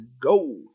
go